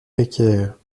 précaires